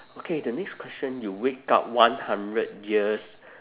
okay the next question you wake up one hundred years